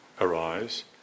arise